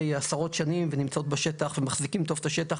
עשרות שנים ונמצאות בשטח ומחזיקות טוב את השטח,